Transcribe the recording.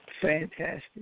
Fantastic